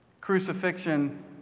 Crucifixion